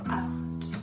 out